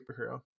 superhero